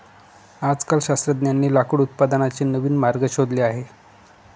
आजकाल शास्त्रज्ञांनी लाकूड उत्पादनाचे नवीन मार्ग शोधले आहेत